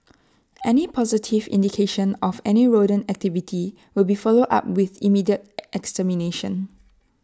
any positive indication of any rodent activity will be followed up with immediate extermination